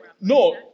No